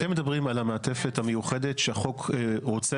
אתם מדברים על המעטפת המיוחדת שהחוק רוצה